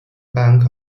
bank